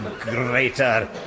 greater